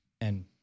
And-